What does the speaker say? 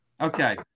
Okay